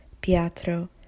Pietro